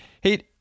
Hey